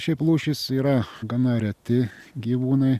šiaip lūšis yra gana reti gyvūnai